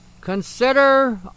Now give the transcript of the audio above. Consider